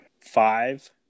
five